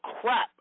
crap